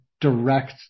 direct